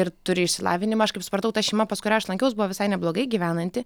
ir turi išsilavinimą aš kaip supratau ta šeima pas kurią aš lankiaus buvo visai neblogai gyvenanti